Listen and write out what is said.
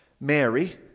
Mary